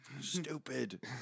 stupid